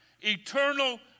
eternal